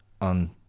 on